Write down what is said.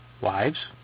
Wives